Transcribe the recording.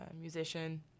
musician